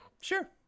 Sure